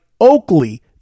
Oakley